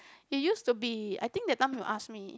it used to be I think that time you ask me